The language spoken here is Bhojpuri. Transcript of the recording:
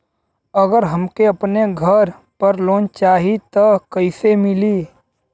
अगर हमके अपने घर पर लोंन चाहीत कईसे मिली?